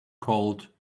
called